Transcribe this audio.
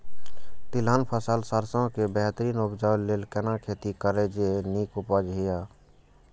तिलहन फसल सरसों के बेहतरीन उपजाऊ लेल केना खेती करी जे नीक उपज हिय?